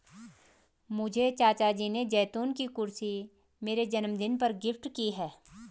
मुझे चाचा जी ने जैतून की कुर्सी मेरे जन्मदिन पर गिफ्ट की है